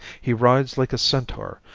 he rides like a centaur,